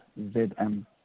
zm